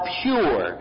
pure